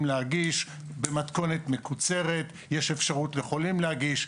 להגיש במתכונת מקוצרת וגם לחולים יש אפשרות להגיש,